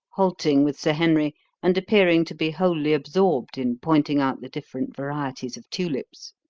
halting with sir henry and appearing to be wholly absorbed in pointing out the different varieties of tulips.